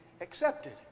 accepted